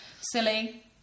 silly